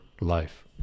life